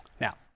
Now